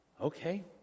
okay